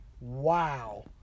wow